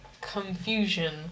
confusion